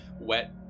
wet